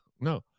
no